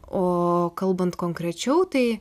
o kalbant konkrečiau tai